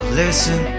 Listen